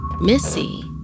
Missy